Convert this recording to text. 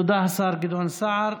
תודה, השר גדעון סער.